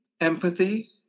empathy